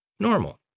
Normal